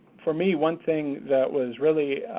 for me, one thing that was really